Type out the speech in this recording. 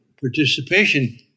participation